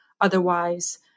otherwise